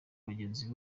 bagenzi